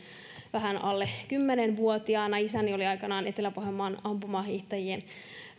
vähän alle kymmenen vuotiaana isäni oli aikanaan etelä pohjanmaan ampumahiihtäjien